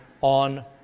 on